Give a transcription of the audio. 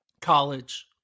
college